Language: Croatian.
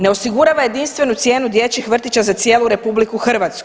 Ne osigurava jedinstvenu cijenu dječjih vrtića za cijelu RH.